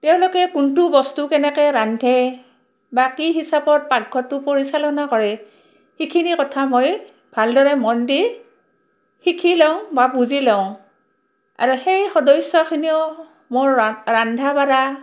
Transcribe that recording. তেওঁলোকে কোনটো বস্তু কেনেকৈ ৰান্ধে বা কি হিচাপত পাকঘৰটো পৰিচালনা কৰে সেইখিনি কথা মই ভালদৰে মন দি শিকি লওঁ বা বুজি লওঁ আৰু সেই সদস্যখিনিও মোৰ ৰন্ধা বঢ়া